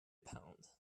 pond